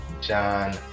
John